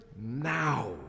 now